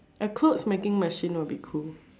A clothes making machine would be cool